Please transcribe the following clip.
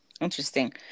interesting